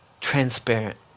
transparent